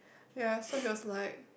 ya so he was like